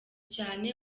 cyane